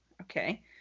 okay